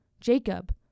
Jacob